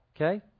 Okay